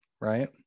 right